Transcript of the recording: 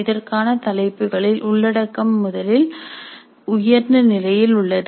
இதற்கான தலைப்புகளில் உள்ளடக்கம் முதலில் உயர்ந்த நிலையில் உள்ளது